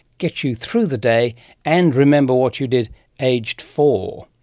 get you through the day and remember what you did aged four.